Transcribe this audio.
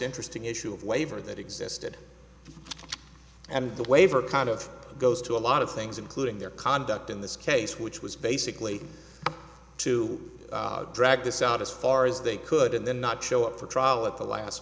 interesting issue of waiver that existed and the waiver kind of goes to a lot of things including their conduct in this case which was basically to drag this out as far as they could and then not show up for trial at the last